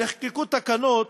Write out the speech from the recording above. נחקקו תקנות